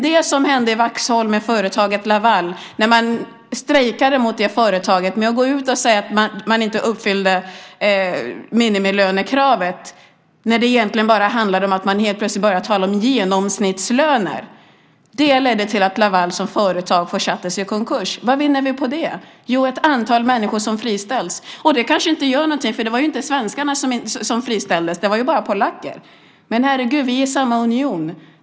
Det som hände i Vaxholm med företaget Laval, när man strejkade mot företaget och gick ut och sade att det inte uppfyllde minimilönekravet - när det egentligen handlade om att man plötsligt började tala om genomsnittslöner - ledde till att Laval försattes i konkurs. Vad vann vi på det? Jo, ett antal människor friställdes, med det kanske inte gjorde något för det var ju inte svenskar som friställdes utan bara polacker. Men herregud, vi ingår ju i samma union!